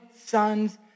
sons